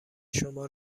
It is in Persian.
شما